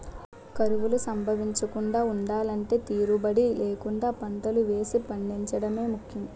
కరువులు సంభవించకుండా ఉండలంటే తీరుబడీ లేకుండా పంటలు వేసి పండించడమే ముఖ్యం